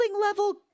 level